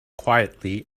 quietly